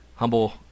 Humble